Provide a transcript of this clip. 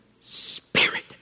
Spirit